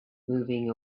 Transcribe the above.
moving